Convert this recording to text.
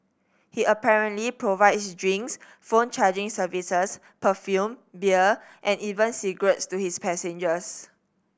he apparently provides drinks phone charging services perfume beer and even cigarettes to his passengers